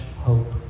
hope